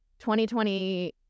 2020